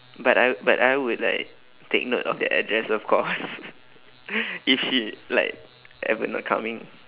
but I w~ but I would like take note of the address of course if she like ever not coming